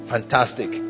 Fantastic